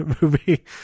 movie